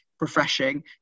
refreshing